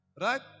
Right